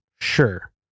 sure